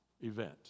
event